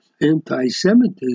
anti-Semitism